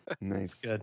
Nice